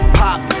pop